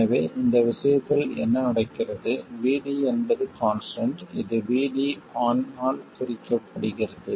எனவே இந்த விஷயத்தில் என்ன நடக்கிறது VD என்பது கான்ஸ்டன்ட் இது VD ON ஆல் குறிக்கப்படுகிறது